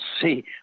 see